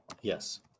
yes